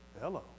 Hello